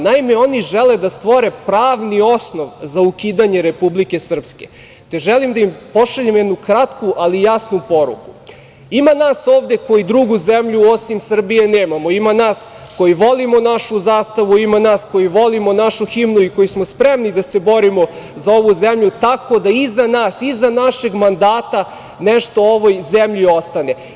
Naime, oni žele da stvore pravni osnov za ukidanje Republike Srpske, te želim da im pošaljem jednu kratku, ali jasnu poruku – ima nas ovde koji drugu zemlju osim Srbije nemamo, ima nas koji volimo našu zastavu, ima nas koji volimo našu himnu i koji smo spremni da se borimo za ovu zemlju, tako da iza nas, iza našeg mandata nešto ovoj zemlji ostane.